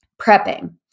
Prepping